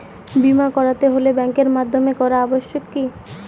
বিমা করাতে হলে ব্যাঙ্কের মাধ্যমে করা আবশ্যিক কি?